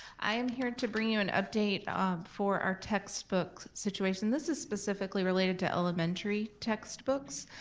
i am here to bring you an update um for our textbook situation. this is specifically related to elementary textbooks.